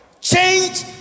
change